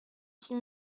six